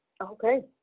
Okay